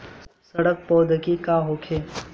सड़न प्रधौगकी का होखे?